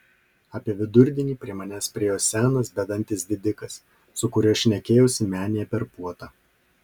apie vidurdienį prie manęs priėjo senas bedantis didikas su kuriuo šnekėjausi menėje per puotą